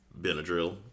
Benadryl